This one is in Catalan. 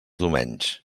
domenys